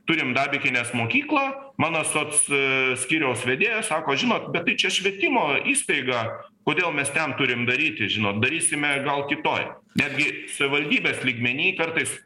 turim dabikinės mokyklą mano soc skyriaus vedėja sako žinot bet tai čia švietimo įstaiga kodėl mes ten turim daryti žinot darysime gal kitoj netgi savivaldybės lygmeny kartais